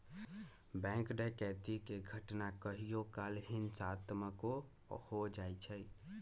bank डकैती के घटना कहियो काल हिंसात्मको हो जाइ छइ